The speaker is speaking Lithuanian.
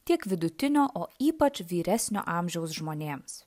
tiek vidutinio o ypač vyresnio amžiaus žmonėms